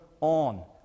on